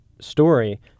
story